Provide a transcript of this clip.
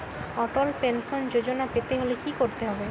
অটল pension Yojana পেতে হলে কি করতে হবে?